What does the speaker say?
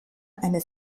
eine